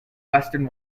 western